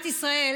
יעל,